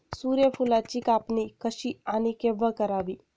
सूर्यफुलाची कापणी कशी आणि केव्हा करावी?